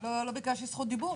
לא ביקשתי זכות דיבור,